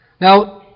Now